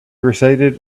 recited